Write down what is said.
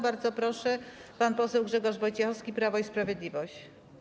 Bardzo proszę, pan poseł Grzegorz Wojciechowski, Prawo i Sprawiedliwość.